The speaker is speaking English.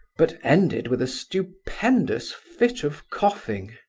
but ended with a stupendous fit of coughing.